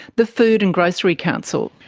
the food and grocery council.